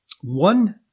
one